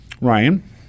Ryan